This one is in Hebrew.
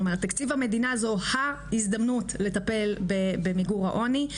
תקציב המדינה זו ההזדמנות לטפל במיגור העוני.